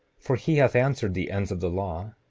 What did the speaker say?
for he hath answered the ends of the law,